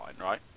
right